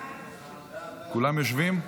כולם יושבים?